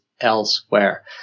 elsewhere